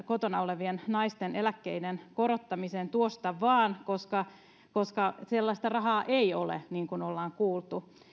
kotona olevien naisten eläkkeiden korottamiseen tuosta vain koska sellaista rahaa ei ole niin kuin olemme kuulleet